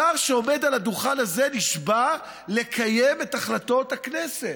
שר שעומד על הדוכן הזה נשבע לקיים את החלטות הכנסת.